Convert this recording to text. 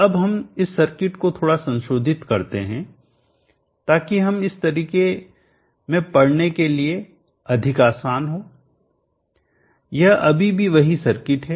अब हम इस सर्किट को थोड़ा संशोधित कर सकते हैं ताकि यह इस तरीके में पढ़ने के लिए अधिक आसान हो यह अभी भी वही सर्किट है